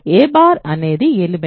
a అనేది element